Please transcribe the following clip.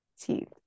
teeth